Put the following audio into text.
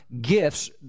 gifts